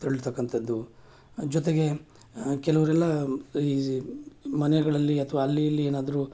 ತಳ್ಳತಕ್ಕಂಥದ್ದು ಜೊತೆಗೆ ಕೆಲವರೆಲ್ಲ ಈ ಮನೆಗಳಲ್ಲಿ ಅಥ್ವಾ ಅಲ್ಲಿ ಇಲ್ಲಿ ಏನಾದ್ರೂ